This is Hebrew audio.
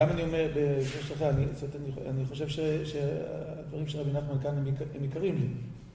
למה אני אומר בשלכה? אני חושב שהדברים של רבי נחמן כאן הם יקרים לי.